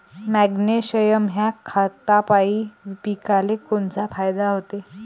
Magnesium ह्या खतापायी पिकाले कोनचा फायदा होते?